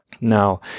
Now